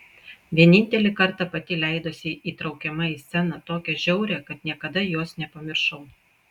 vienintelį kartą pati leidosi įtraukiama į sceną tokią žiaurią kad niekada jos nepamiršau